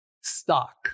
stock